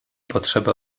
potrzebę